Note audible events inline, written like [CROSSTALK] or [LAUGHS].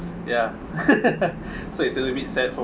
ya [LAUGHS] so it's a little bit sad for